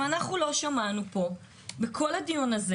אנחנו לא שמענו פה בכל הדיון הזה